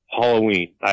Halloween